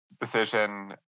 decision